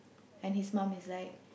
and his mum is like